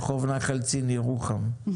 רחוב נחל צין ירוחם,